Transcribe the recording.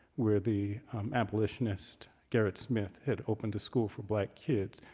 where the abolitionist garrett smith had opened a school for black kids.